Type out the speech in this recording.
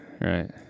Right